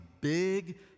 big